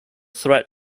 threat